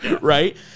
right